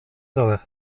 dole